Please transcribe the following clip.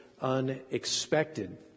unexpected